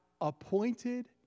appointed